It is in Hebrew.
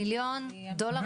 מיליון דולר לבית חולים.